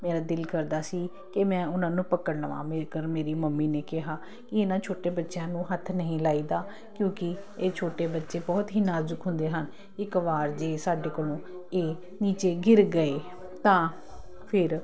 ਮੇਰਾ ਦਿਲ ਕਰਦਾ ਸੀ ਕਿ ਮੈਂ ਉਹਨਾਂ ਨੂੰ ਪਕੜ ਲਵਾਂ ਜੇਕਰ ਮੇਰੀ ਮੰਮੀ ਨੇ ਕਿਹਾ ਕਿ ਇਹਨਾਂ ਛੋਟੇ ਬੱਚਿਆਂ ਨੂੰ ਹੱਥ ਨਹੀਂ ਲਾਈਦਾ ਕਿਉਂਕਿ ਇਹ ਛੋਟੇ ਬੱਚੇ ਬਹੁਤ ਹੀ ਨਾਜ਼ੁਕ ਹੁੰਦੇ ਹਨ ਇੱਕ ਵਾਰ ਜੇ ਸਾਡੇ ਕੋਲੋਂ ਇਹ ਨੀਚੇ ਗਿਰ ਗਏ ਤਾਂ ਫਿਰ